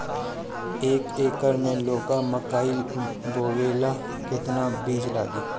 एक एकर मे लौका मकई बोवे ला कितना बिज लागी?